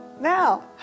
now